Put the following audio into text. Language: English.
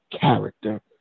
character